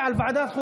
אין לך בושה.